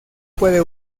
puede